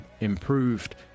improved